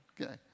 Okay